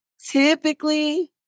typically